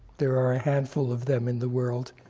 there are a handful of them in the world,